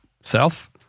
Self